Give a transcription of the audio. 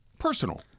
personal